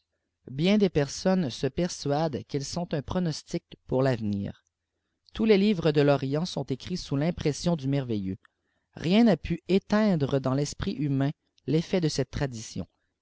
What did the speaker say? bien dés personnes se persuadent qu'elles sont un pronostic pour fâveiiîr tous les livres de l'orient sont écrits sotis l'impression du merveilleux len na pu éteindre dans l'esprit humain l'effet de cette tradition